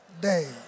day